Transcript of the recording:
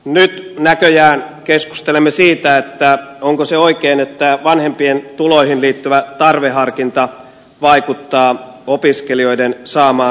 nyt näköjään keskustelemme siitä onko se oikein että vanhempien tuloihin liittyvä tarveharkinta vaikuttaa opiskelijoiden saamaan opintotukeen